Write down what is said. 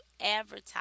advertise